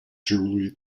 jewelry